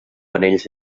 panells